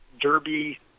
derby